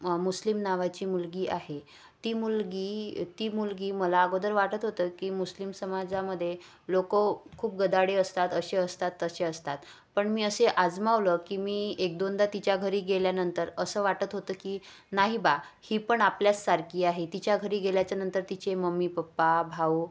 मुस्लिम नावाची मुलगी आहे ती मुलगी ती मुलगी मला अगोदर वाटत होतं की मुस्लिम समाजामध्ये लोकं खूप गदाडे असतात असे असतात तसे असतात पण मी असे आजमावलं की मी एक दोनदा तिच्या घरी गेल्यानंतर असं वाटत होतं की नाही बा ही पण आपल्याच सारखी आहे तिच्या घरी गेल्याच्या नंतर तिचे मम्मी पप्पा भाऊ